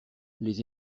les